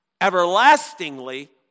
everlastingly